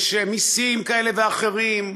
יש מסים כאלה ואחרים,